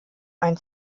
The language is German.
ein